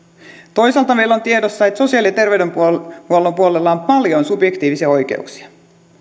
toisaalta meillä on tiedossa että sosiaali ja terveydenhuollon puolella on paljon subjektiivisia oikeuksia